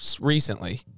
recently